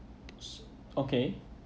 okay